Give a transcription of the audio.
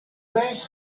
reis